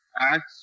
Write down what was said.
acts